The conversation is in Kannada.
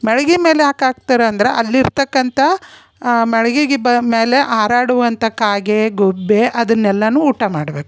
ಮಾಳ್ಗಿ ಮೇಲೆ ಯಾಕೆ ಹಾಕ್ತಾರ ಅಂದ್ರೆ ಅಲ್ಲಿ ಇರ್ತಕ್ಕಂಥ ಆ ಮಾಳ್ಗಿಗಿ ಬ ಮೇಲೆ ಹಾರಾಡುವಂಥ ಕಾಗೆ ಗುಬ್ಬಿ ಅದನ್ನು ಎಲ್ಲಾನು ಊಟ ಮಾಡಬೇಕು